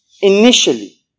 initially